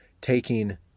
taking